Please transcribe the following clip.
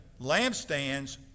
lampstands